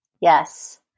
Yes